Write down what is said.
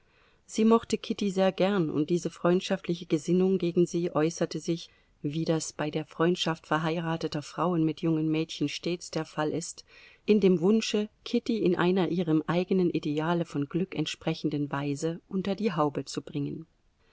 sie mochte kitty sehr gern und diese freundschaftliche gesinnung gegen sie äußerte sich wie das bei der freundschaft verheirateter frauen mit jungen mädchen stets der fall ist in dem wunsche kitty in einer ihrem eigenen ideale von glück entsprechenden weise unter die haube zu bringen